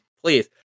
please